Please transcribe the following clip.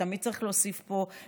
תמיד צריך להוסיף פה,